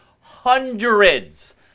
hundreds